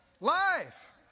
life